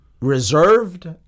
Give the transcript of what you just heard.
reserved